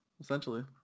Essentially